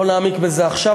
לא נעמיק בזה עכשיו.